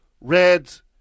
reds